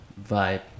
vibe